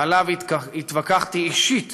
שעליו התווכחתי אישית